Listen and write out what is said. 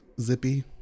Zippy